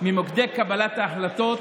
ממוקדי קבלת ההחלטות,